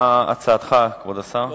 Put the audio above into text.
מה הצעתך, כבוד השר?